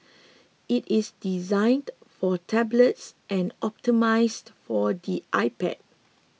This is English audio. it is designed for tablets and optimised for the iPad